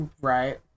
Right